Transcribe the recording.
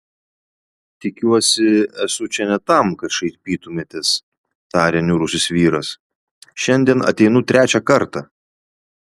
tikiuosi esu čia ne tam kad šaipytumėtės tarė niūrusis vyras šiandien ateinu trečią kartą